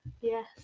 yes